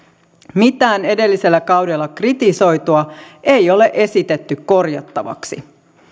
mitään edellisellä kaudella kritisoitua ei ole esitetty korjattavaksi